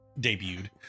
Debuted